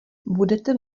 budete